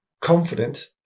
confident